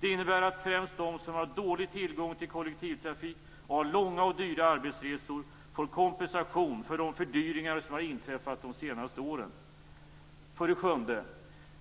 Det innebär att främst de som har dålig tillgång till kollektivtrafik och som har långa och dyra arbetsresor får kompensation för de fördyringar som har inträffat de senaste åren. För det sjunde: